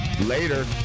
Later